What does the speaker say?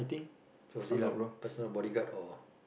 so was he like a personal bodyguard or